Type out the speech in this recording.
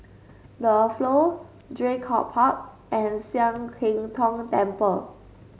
The Flow Draycott Park and Sian Keng Tong Temple